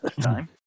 time